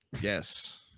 Yes